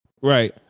Right